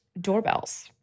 doorbells